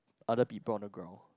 other people on the ground